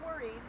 worried